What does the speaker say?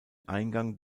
eingang